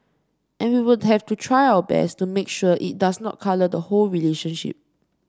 and we will have to try our best to make sure it does not colour the whole relationship